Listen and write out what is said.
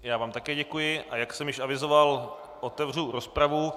Já vám také děkuji, a jak jsem již avizoval, otevřu rozpravu.